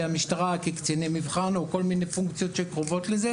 המשטרה כקציני מבחן או כל מיני פונקציות שקרובות לזה,